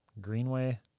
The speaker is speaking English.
Greenway